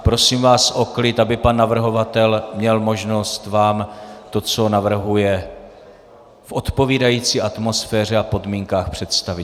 Prosím vás o klid, aby navrhovatel měl možnost vám to, co navrhuje, v odpovídající atmosféře a podmínkách představit.